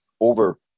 over